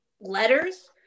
letters